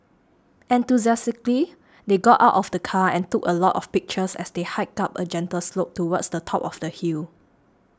enthusiastically they got out of the car and took a lot of pictures as they hiked up a gentle slope towards the top of the hill